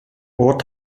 ort